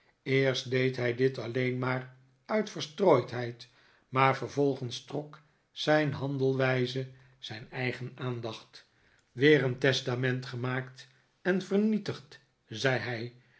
eerst deed hij dit alleen maar uit verstrooidheid maar vervolgens trok zijn handelwijze zijn eigen aandacht weer een testament gemaakt en vernietigd zei hij